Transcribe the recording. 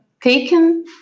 taken